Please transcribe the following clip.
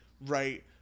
right